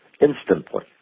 Instantly